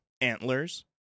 Antlers